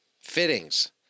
fittings